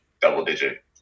double-digit